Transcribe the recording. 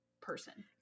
person